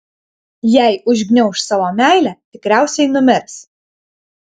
jei užgniauš savo meilę tikriausiai numirs